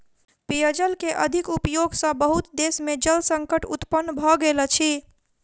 पेयजल के अधिक उपयोग सॅ बहुत देश में जल संकट उत्पन्न भ गेल अछि